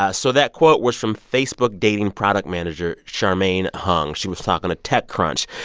ah so that quote was from facebook dating product manager charmaine hung. she was talking to techcrunch.